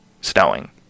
snowing